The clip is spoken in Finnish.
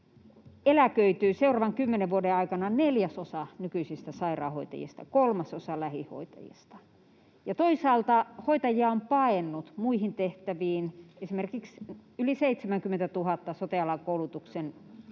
eläköityy seuraavan kymmenen vuoden aikana neljäsosa nykyisistä sairaanhoitajista, kolmasosa lähihoitajista. Toisaalta hoitajia on paennut muihin tehtäviin. Esimerkiksi yli 70 000 sote-alan koulutuksen